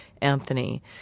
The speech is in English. Anthony